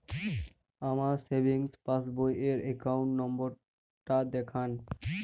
আমার সেভিংস পাসবই র অ্যাকাউন্ট নাম্বার টা দেখান?